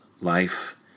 life